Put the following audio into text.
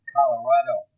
Colorado